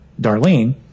darlene